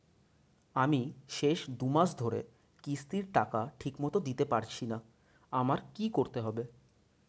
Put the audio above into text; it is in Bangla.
আমি শেষ দুমাস ধরে কিস্তির টাকা ঠিকমতো দিতে পারছিনা আমার কি করতে হবে?